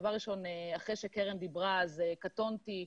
אחרי שקרן דיברה, אז קטונתי.